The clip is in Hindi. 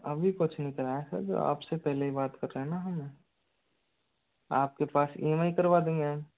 अभी कुछ नहीं कराया सर जो आपसे पहले बात कर रहे हैं न हम आपके पास ई एम आई करवा देंगे